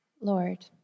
Lord